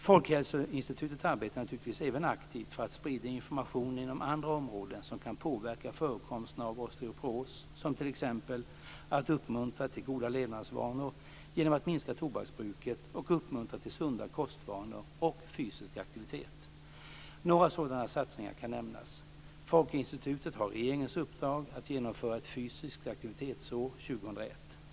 Folkhälsoinstitutet arbetar naturligtvis även aktivt för att sprida information inom andra områden som kan påverka förekomsten av osteoporos, t.ex. genom att uppmuntra till goda levnadsvanor genom minskning av tobaksbruket och till sunda kostvanor och fysisk aktivitet. Några sådana satsningar kan nämnas. Folkhälsoinstitutet har regeringens uppdrag att genomföra ett fysiskt aktivitetsår 2001.